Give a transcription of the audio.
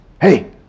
hey